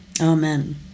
Amen